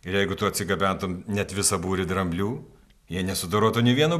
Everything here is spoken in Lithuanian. ir jeigu tu atsigabentum net visą būrį dramblių jie nesudorotų nė vieno